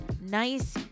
nice